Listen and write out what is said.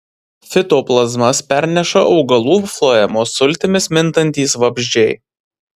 fitoplazmas perneša augalų floemos sultimis mintantys vabzdžiai